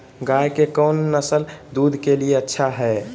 गाय के कौन नसल दूध के लिए अच्छा है?